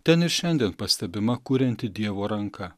ten ir šiandien pastebima kurianti dievo ranka